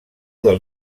del